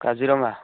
Kaziranga